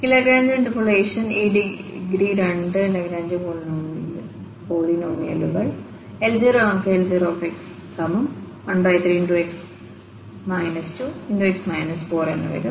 ഈ ലഗ്രാഞ്ച്ഇന്റർപോളേഷൻ ഈ 2 ഡിഗ്രിയുടെ ലാഗ്രാഞ്ച് പോളിനോമിയലുകൾ L0 നമുക്ക് L0x13x 2x 4 എന്നുണ്ട്